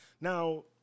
Now